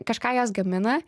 kažką jos gamina